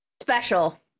special